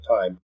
time